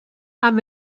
amb